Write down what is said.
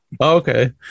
Okay